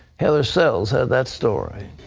heather sells has that story.